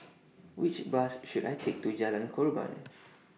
Which Bus should I Take to Jalan Korban